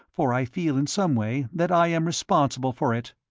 for i feel in some way that i am responsible for it.